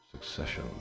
succession